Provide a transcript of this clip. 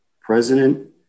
President